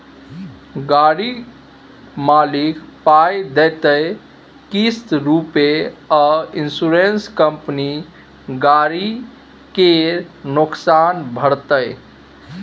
गाड़ी मालिक पाइ देतै किस्त रुपे आ इंश्योरेंस कंपनी गरी केर नोकसान भरतै